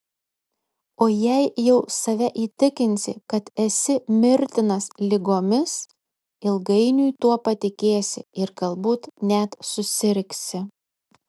o jei jau save įtikinsi kad esi mirtinas ligomis ilgainiui tuo patikėsi ir galbūt net susirgsi